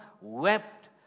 wept